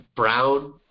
Brown